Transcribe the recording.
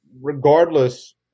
regardless